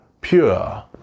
pure